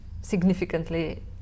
significantly